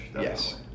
Yes